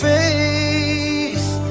Face